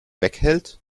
weghält